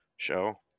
Show